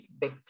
big